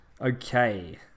Okay